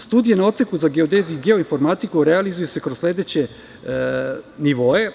Studije na odseku za geodeziju i geoinformatiku se realizuju kroz sledeće nivoe.